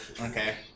Okay